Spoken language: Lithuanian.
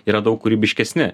yra daug kūrybiškesni